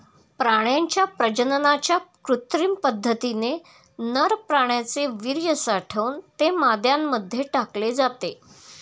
प्राण्यांच्या प्रजननाच्या कृत्रिम पद्धतीने नर प्राण्याचे वीर्य साठवून ते माद्यांमध्ये टाकले जाते